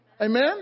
Amen